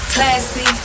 Classy